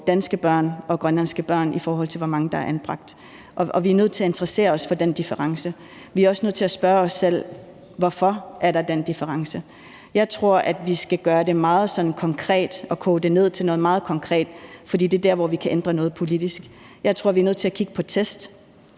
danske børn og grønlandske børn, i forhold til hvor mange der er anbragt. Og vi er nødt til at interessere os for den difference. Vi er også nødt til at spørge os selv: Hvorfor er der den difference? Jeg tror, vi skal gøre det meget sådan konkret og koge det ned til noget meget konkret, for det er der, hvor vi kan ændre noget politisk. Jeg tror, vi er nødt til at kigge på test